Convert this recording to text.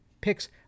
picks